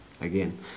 again